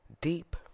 deep